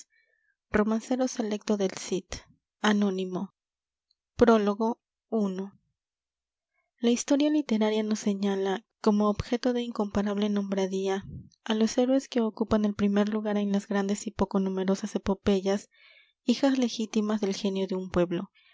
cortezo y c a prólogo i la historia literaria nos señala como objeto de incomparable nombradía á los héroes que ocupan el primer lugar en las grandes y poco numerosas epopeyas hijas legítimas del genio de un pueblo